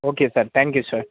okay sir thank you sir